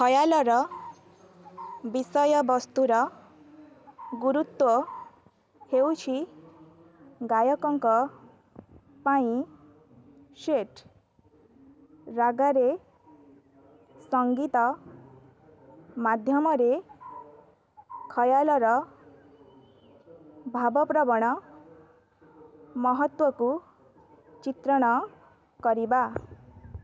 ଖୟାଲର ବିଷୟ ବସ୍ତୁର ଗୁରୁତ୍ୱ ହେଉଛି ଗାୟକଙ୍କ ପାଇଁ ସେଟ୍ ରାଗରେ ସଂଗୀତ ମାଧ୍ୟମରେ ଖୟାଲର ଭାବପ୍ରବଣ ମହତ୍ତ୍ୱକୁ ଚିତ୍ରଣ କରିବା